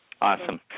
Awesome